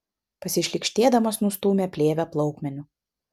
pasišlykštėdamas nustūmė plėvę plaukmeniu